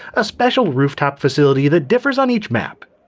a special rooftop facility that differs on each map.